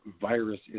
virus